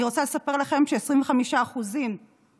אני רוצה לספר לכם ש-25% מהנשאלים